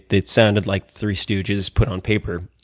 it sounded like three stooges put on paper.